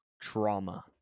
trauma